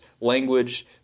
language